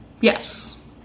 Yes